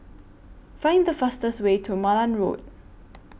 Find The fastest Way to Malan Road